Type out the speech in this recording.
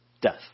Death